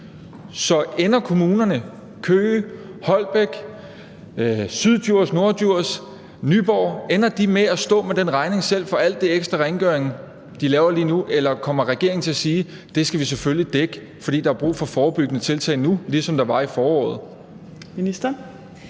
Så ender kommunerne Køge, Holbæk, Syddjurs, Norddjurs og Nyborg med selv at stå med den regning for alt det ekstra rengøring, de laver lige nu. Eller kommer regeringen til at sige, at det vil de selvfølgelig dække, for der er brug for forebyggende tiltag nu, ligesom der var i foråret?